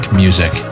music